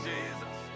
Jesus